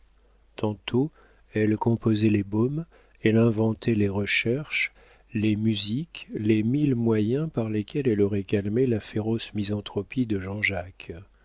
tantôt elle composait les baumes elle inventait les recherches les musiques les mille moyens par lesquels elle aurait calmé la féroce misanthropie de jean-jacques